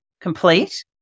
complete